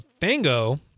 Fango